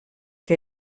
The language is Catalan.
que